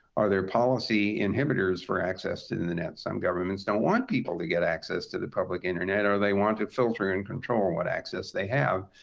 are there policy inhibitors for access to the internet? some governments don't want people to get access to the public internet, or they want to filter and control and what access they have.